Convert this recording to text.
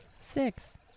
Six